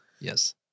yes